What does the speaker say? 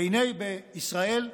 והינה, בישראל,